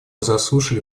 заслушали